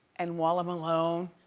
and while i'm alone,